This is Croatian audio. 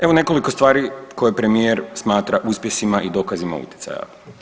Evo nekoliko stvari koje premijer smatra uspjesima i dokazima utjecaja.